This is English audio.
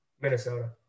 Minnesota